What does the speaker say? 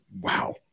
Wow